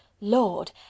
lord